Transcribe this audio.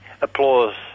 applause